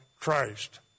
Christ